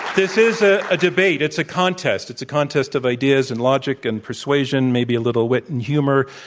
this is a a debate. it's a contest. it's a contest of ideas and logic and persuasion, maybe a little wit and humor,